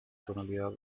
tonalidad